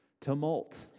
tumult